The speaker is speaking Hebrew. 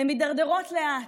הן מידרדרות לאט,